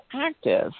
active